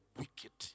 wicked